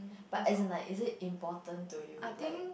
but hasn't like is it important to you like